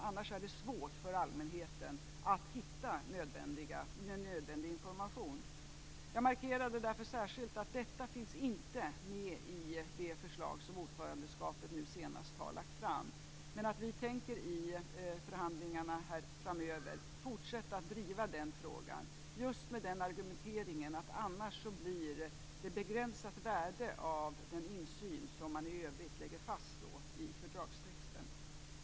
Annars är det svårt för allmänheten att hitta nödvändig information. Jag markerade därför särskilt att detta inte finns med i det förslag som ordförandeskapet nu senast har lagt fram. Vi tänker dock i förhandlingarna framöver fortsätta att driva den frågan, just med argumenteringen att värdet av den insyn man i övrigt lägger fast i fördragstexten annars blir begränsat.